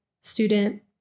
student